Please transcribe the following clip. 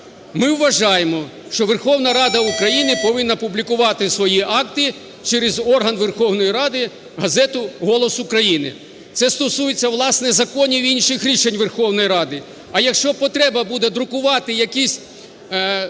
Ми вважаємо, що Верховна Рада України повинна публікувати свої акти через орган Верховної Ради - газету "Голос України". Це стосується, власне, законів і інших рішень Верховної Ради. А якщо потреба буде друкувати якісь